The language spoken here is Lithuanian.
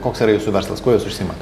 koks yra jūsų verslas kuo jūs užsiimat